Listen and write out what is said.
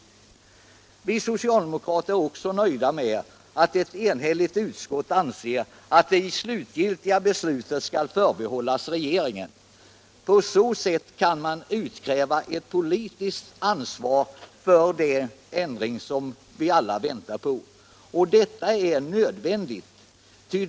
Vi socialdemokrater är också nöjda med att ett enhälligt utskott anser att det slutgiltiga beslutet skall förbehållas regeringen. På så sätt kan ett politiskt ansvar utkrävas, vilket är nödvändigt.